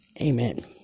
Amen